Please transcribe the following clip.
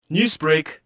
Newsbreak